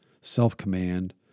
self-command